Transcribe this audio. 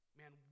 man